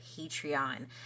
Patreon